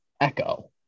Echo